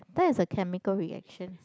that is a chemical reaction